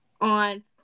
on